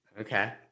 okay